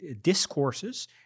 discourses